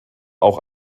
auch